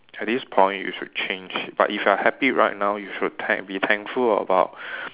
at this point you should change but if you're happy right now you should thank be thankful about